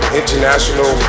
international